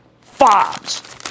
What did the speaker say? FOBs